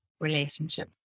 relationship